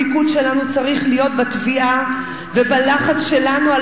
המיקוד שלנו צריך להיות בתביעה ובלחץ שלנו על